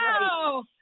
no